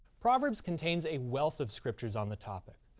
proverbs contains a wealth of scriptures on the topic,